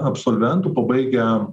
absolventų pabaigę